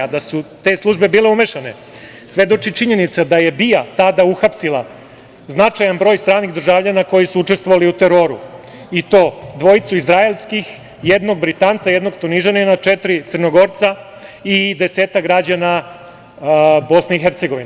Da su te službe bile umešane svedoči činjenica da je BIA tada uhapsila značajan broj stranih državljana koji su učestvovali u teroru i to dvojicu izraelskih, jednog Britanca, jednog Tunižanina, četiri Crnogorca i desetak građana BiH.